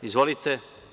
Izvolite.